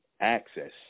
access